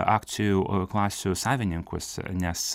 akcijų klasių savininkus nes